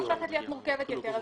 הפרוצדורה הופכת להיות מורכבת יותר.